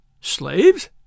Slaves